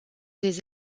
des